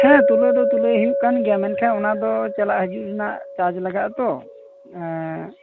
ᱦᱮᱸ ᱛᱩᱞᱟ ᱣ ᱫᱚ ᱛᱩᱞᱟ ᱣ ᱦᱩᱭᱩᱜ ᱠᱟᱱ ᱜᱮᱭᱟ ᱢᱮᱱᱠᱷᱟᱱ ᱚᱱᱟᱫᱚ ᱪᱟᱞᱟᱜ ᱦᱤᱡᱩᱜ ᱨᱮᱱᱟᱜ ᱪᱟᱨᱡ ᱞᱟᱜᱟᱜ ᱟ ᱛᱚ ᱮᱸᱻ